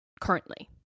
currently